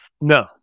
no